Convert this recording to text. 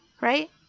right